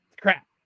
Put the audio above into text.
crap